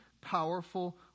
powerful